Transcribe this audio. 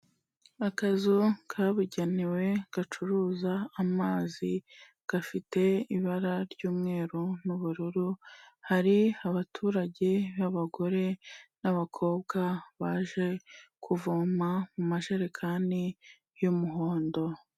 Akazu kabugenewe gacuruza amazi, gafite ibara ry'umweru n'ubururu, hari abaturage b'abagore n'abakobwa baje kuvoma mu majerekani y'umuhondo.